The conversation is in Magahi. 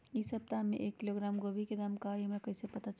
इ सप्ताह में एक किलोग्राम गोभी के दाम का हई हमरा कईसे पता चली?